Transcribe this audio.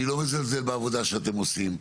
אני לא מזלזל בעבודה שאתם עושים.